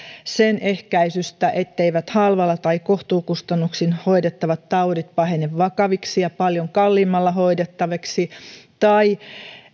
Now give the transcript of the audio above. sen ehkäisystä etteivät halvalla tai kohtuukustannuksin hoidettavat taudit pahene vakaviksi ja paljon kalliimmalla hoidettaviksi tai